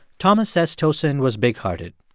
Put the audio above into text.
thomas says tosin was big-hearted.